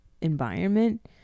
environment